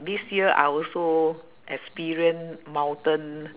this year I also experience mountain